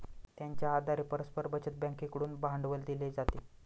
त्यांच्या आधारे परस्पर बचत बँकेकडून भांडवल दिले जाते